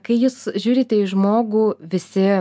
kai jis žiūrite į žmogų visi